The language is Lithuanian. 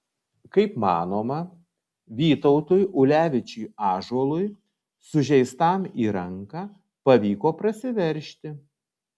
kaip manoma vytautui ulevičiui ąžuolui sužeistam į ranką pavyko prasiveržti